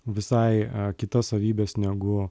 visai kitas savybes negu